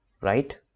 Right